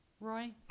Roy